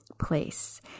Place